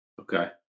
Okay